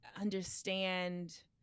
understand